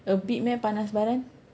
a bit meh panas baran